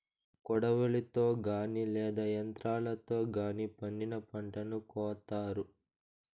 కొడవలితో గానీ లేదా యంత్రాలతో గానీ పండిన పంటను కోత్తారు